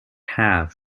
have